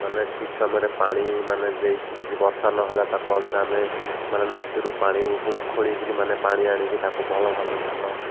ମାନେ ଠିକ୍ ସମୟରେ ପାଣି ମାନେ ଦେଇକି ଯଦି ବର୍ଷା ନହେଲା ତାକୁ ଆଉଥରେ ଆମେ ମାନେ ନଦୀରୁ ପାଣି ଖୋଳିକିରି ମାନେ ପାଣି ଆଣିକି ତାକୁ ଭଲ ଭାବରେ ଧ୍ୟାନ